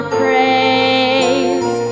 praise